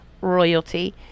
royalty